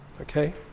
okay